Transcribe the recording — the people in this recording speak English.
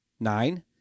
nine